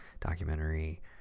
documentary